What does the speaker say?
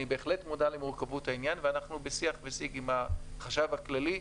אני בהחלט מודע למורכבות העניין ואנחנו בשיח וסיג עם החשב הכללי.